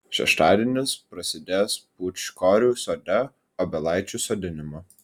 šeštadienis prasidės pūčkorių sode obelaičių sodinimu